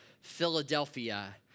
Philadelphia